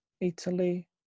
Italy